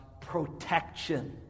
protection